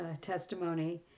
testimony